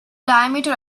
diameter